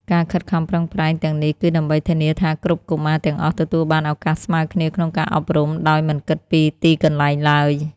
ការខិតខំប្រឹងប្រែងទាំងនេះគឺដើម្បីធានាថាគ្រប់កុមារទាំងអស់ទទួលបានឱកាសស្មើគ្នាក្នុងការអប់រំដោយមិនគិតពីទីកន្លែងឡើយ។